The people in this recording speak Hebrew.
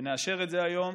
ונאשר את זה היום,